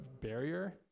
barrier